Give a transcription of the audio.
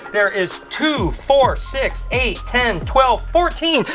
there is two, four, six, eight, ten, twelve, fourteen!